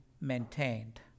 maintained